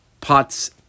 pots